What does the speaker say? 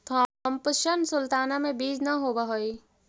Thompson sultana में बीज न होवऽ हई